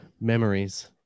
memories